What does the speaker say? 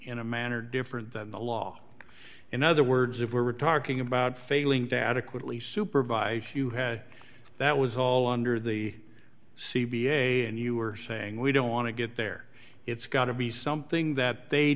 in a manner different than the law in other words if we're talking about failing to adequately supervise you had that was all under the c b a and you are saying we don't want to get there it's got to be something that they